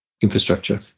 infrastructure